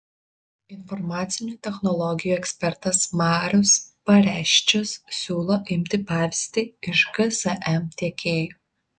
informacinių technologijų ekspertas marius pareščius siūlo imti pavyzdį iš gsm tiekėjų